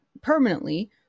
permanently